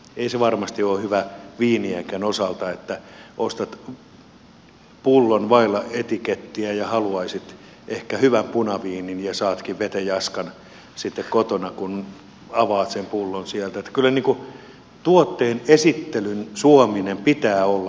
ei se varmasti ole hyvä viinienkään osalta että ostat pullon vailla etikettiä ja haluaisit ehkä hyvän punaviinin ja saatkin feteascan kun kotona avaat sen pullon niin että kyllä tuotteen esittelyn suomisen pitää olla mukana